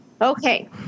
Okay